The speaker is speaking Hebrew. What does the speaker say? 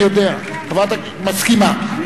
מסכימה.